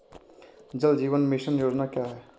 जल जीवन मिशन योजना क्या है?